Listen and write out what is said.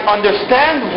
Understand